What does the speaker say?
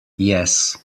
yes